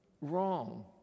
wrong